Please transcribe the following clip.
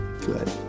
Good